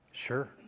Sure